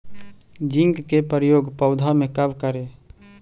Zinc के प्रयोग पौधा मे कब करे?